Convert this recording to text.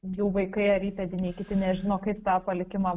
jų vaikai ar įpėdiniai kiti nežino kaip tą palikimą